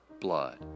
blood